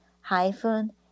hyphen